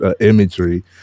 imagery